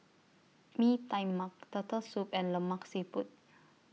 Mee Tai Mak Turtle Soup and Lemak Siput